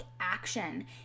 action